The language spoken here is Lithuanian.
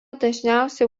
dažniausiai